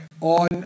on